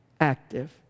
active